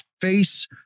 face